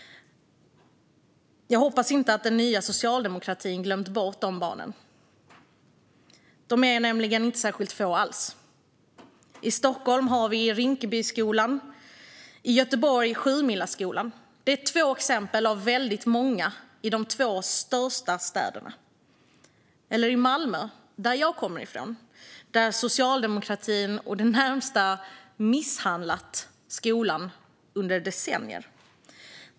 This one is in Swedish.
Jag hoppas att den nya socialdemokratin inte har glömt bort de barnen. De är nämligen inte särskilt få. I Stockholm har vi Rinkebyskolan, och i Göteborg har vi Sjumilaskolan. Det är två exempel av många i de två största städerna. I Malmö, som jag kommer från, har socialdemokratin i det närmaste misshandlat skolan under decennier.